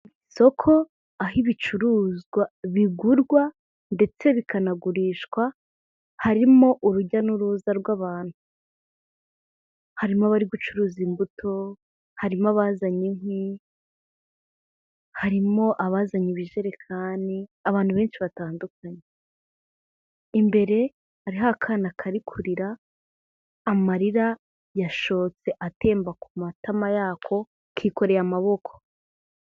Soko aho ibicuruzwa bigurwa ndetse bikanagurishwa harimo urujya n'uruza rw'abantu, harimo abari gucuruza imbuto, harimo abazanye inkwi, harimo abazanye ibijerekani abantu benshi batandukanye, imbere hariho akana kari kurira amarira yashotse atemba ku matama yako, kikoreye amaboko.